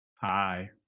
Hi